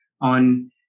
on